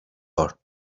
her